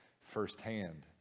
firsthand